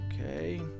Okay